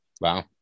Wow